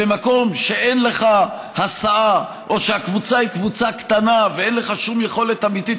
במקום שאין לך הסעה או שהקבוצה היא קבוצה קטנה ואין לך שום יכולת אמיתית